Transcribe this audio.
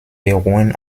beruhen